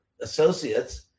associates